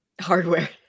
hardware